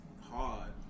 hard